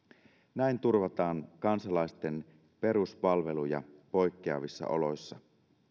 näin turvataan kansalaisten peruspalveluja poikkeavissa oloissa